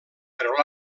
però